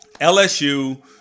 LSU